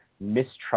mistrust